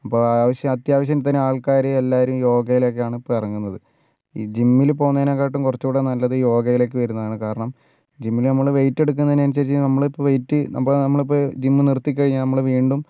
അപ്പം ആവശ്യം അത്യാവശ്യത്തിനു ആൾക്കാർ എല്ലാവരും യോഗേലേക്കാണ് ഇപ്പം ഇറങ്ങുന്നത് ഈ ജിമ്മിൽ പോകുന്നതിനെക്കാളും കുറച്ചുംകൂടി നല്ലത് യോഗയിലേക്കു വരുന്നതാണ് കാരണം ജിമ്മിൽ നമ്മൾ വെയ്റ്റെടുക്കുന്നതിനനുസരിച്ച് നമ്മളിപ്പം വെയ്റ്റ് അപ്പോൾ നമ്മളിപ്പം ജിം നിർത്തിക്കഴിഞ്ഞാൽ നമ്മൾ വീണ്ടും